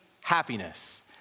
happiness